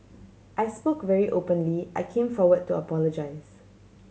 I spoke very openly I came forward to apologise